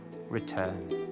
return